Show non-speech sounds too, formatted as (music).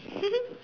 (laughs)